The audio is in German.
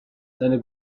seine